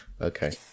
okay